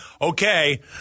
okay